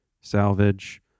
salvage